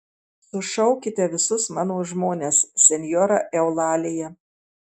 sušaukite visus mano žmones senjora eulalija